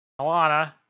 Alana